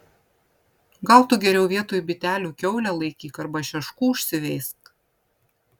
gal tu geriau vietoj bitelių kiaulę laikyk arba šeškų užsiveisk